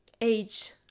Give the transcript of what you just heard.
age